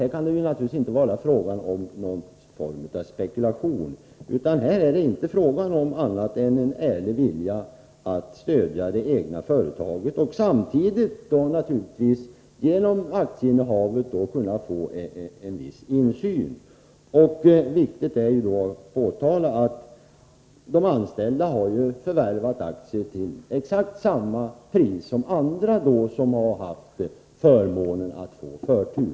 Här kan det naturligtvis inte vara fråga om någon form av spekulation, utan det gäller endast en ärlig vilja att stödja det egna företaget och att samtidigt, genom aktieinnehavet, få en viss insyn. Det är viktigt att påtala att de anställda har förvärvat aktier till exakt samma pris som andra som har haft förmånen att få förtur.